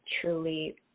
truly